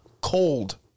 cold